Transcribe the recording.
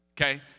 Okay